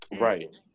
Right